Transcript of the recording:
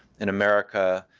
in america,